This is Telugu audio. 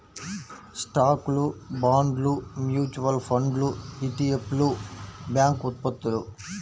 స్టాక్లు, బాండ్లు, మ్యూచువల్ ఫండ్లు ఇ.టి.ఎఫ్లు, బ్యాంక్ ఉత్పత్తులు